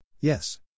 Yes